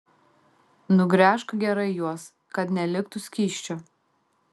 nugręžk gerai juos kad neliktų skysčio